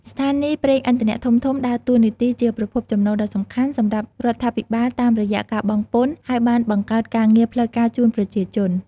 ស្ថានីយ៍ប្រេងឥន្ធនៈធំៗដើរតួនាទីជាប្រភពចំណូលដ៏សំខាន់សម្រាប់រដ្ឋាភិបាលតាមរយៈការបង់ពន្ធ ហើយបានបង្កើតការងារផ្លូវការជូនប្រជាជន។